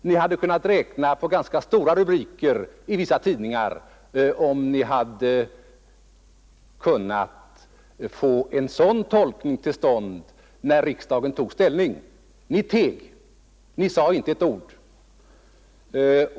Ni hade kunnat räkna med ganska stora rubriker i vissa tidningar, om ni hade kunnat få en sådan tolkning till stånd när riksdagen tog ställning. Men ni sade inte ett ord!